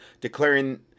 declaring